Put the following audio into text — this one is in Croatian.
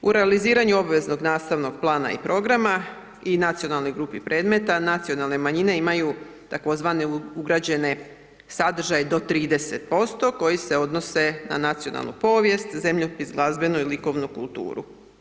U realiziranju obveznog nastavnog plana i programa, i nacionalnoj grupi predmeta, nacionalne manjine imaju tako zvanu ugrađene sadržaje do 30%, koji se odnose na nacionalnu povijest, zemljopis, glazbenu i likovnu kulturu.